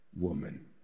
woman